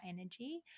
energy